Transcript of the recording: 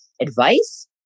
advice